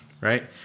right